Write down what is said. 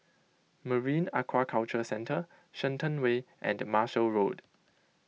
Marine Aquaculture Centre Shenton Way and Marshall Road